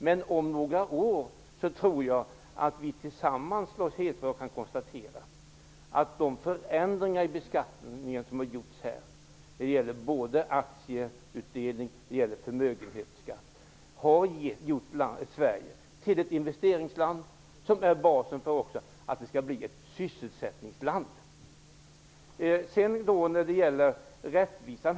Men om några år tror jag att vi tillsammans kan konstatera att de vidtagna förändringarna i beskattningen -- aktieutdelning och förmögenhetsskatt -- har gjort Sverige till ett investeringsland. Det är basen för att Sverige skall bli ett sysselsättningsland. Vidare har vi frågan om rättvisa.